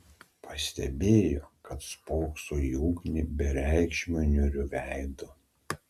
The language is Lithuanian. pastebėjo kad spokso į ugnį bereikšmiu niūriu veidu